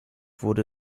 wurde